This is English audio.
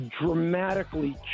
dramatically